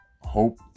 Hope